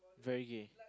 very gay